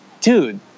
dude